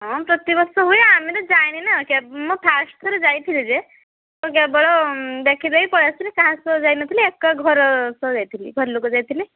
ହଁ ପ୍ରତିବର୍ଷ ହୁଏ ଆମେ ତା ଯାଇନେନା କେବେ ମୁଁ ଫାଷ୍ଟ୍ ଥର ଯାଇଥିଲି ଯେ ମୁଁ କେବଳ ଦେଖିଦେଇ ପଳେଇ ଆସିଥିଲି କାହା ସହ ଯାଇନଥିଲି ଏକା ଘର ସହ ଯାଇଥିଲି ଘର ଲୋକ ଯାଇଥିଲେ